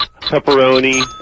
pepperoni